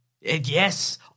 Yes